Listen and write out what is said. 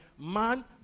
Man